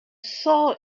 saw